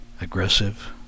aggressive